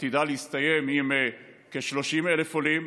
עתידה להסתיים עם כ-30,000 עולים,